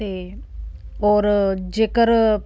ਅਤੇ ਔਰ ਜੇਕਰ